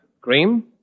Cream